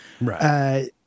Right